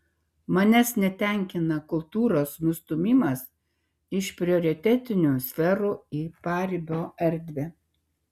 manęs netenkina kultūros nustūmimas iš prioritetinių sferų į paribio erdvę